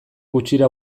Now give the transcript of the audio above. gutxira